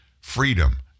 freedom